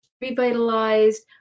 revitalized